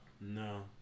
No